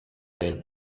lehen